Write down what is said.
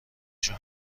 جون